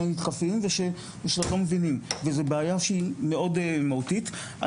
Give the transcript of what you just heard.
וזאת בעיה שהיא מאוד מהותית.